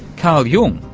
carl jung,